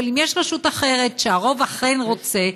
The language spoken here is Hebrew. אבל אם יש רשות אחרת שהרוב בה אכן רוצה,